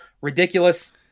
ridiculous